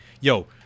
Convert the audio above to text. Yo